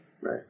Right